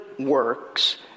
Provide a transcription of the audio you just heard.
Works